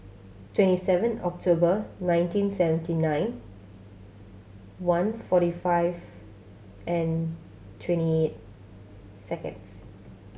twenty seven October nineteen seventy nine one forty five and twenty seconds